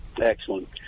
Excellent